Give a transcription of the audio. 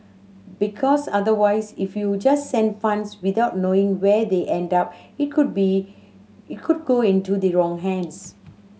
because otherwise if you just send funds without knowing where they end up it could be it could go into the wrong hands